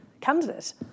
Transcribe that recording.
candidate